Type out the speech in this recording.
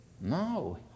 no